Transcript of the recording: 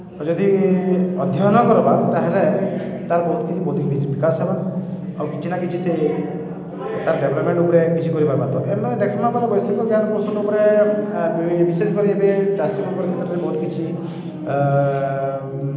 ଆଉ ଯଦି ଅଧ୍ୟୟନ କର୍ବା ତା'ହେଲେ ତାର୍ ବହୁତ୍ କିଛି ବୁଦ୍ଧି ବିକାଶ୍ ହେବା ଆଉ କିଛି ନା କିଛି ସେ ତା'ର୍ ଡେଭ୍ଲପ୍ମେଣ୍ଟ୍ ଉପ୍ରେ କିଛି କରିପାର୍ବା ତ ଆମେ ଦେଖ୍ମା ବେଲେ ବୈଷୟିକ ଜ୍ଞାନପୋଷଣ ଉପରେ ବିଶେଷ କରି ଏବେ ଚାଷୀମାନ୍କର୍ କ୍ଷେତ୍ରରେ ବହୁତ୍ କିଛି